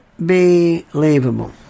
Unbelievable